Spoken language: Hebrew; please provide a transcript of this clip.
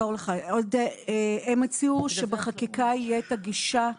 הם הציעו שבחקיקה יהיה הגישה למסגרות.